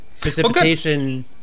Precipitation